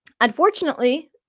unfortunately